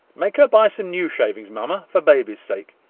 make her buy some new shavings, mamma, for baby's sake.